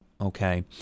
Okay